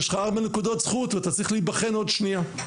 שיש לך ארבע נקודות זכות ואתה צריך להיבחן עוד שנייה.